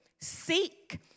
seek